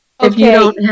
Okay